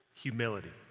Humility